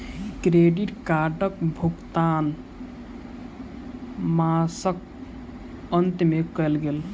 credit कार्डक भुगतान मासक अंत में कयल गेल